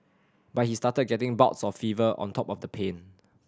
but he started getting bouts of fever on top of the pain